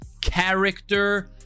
Character